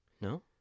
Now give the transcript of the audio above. No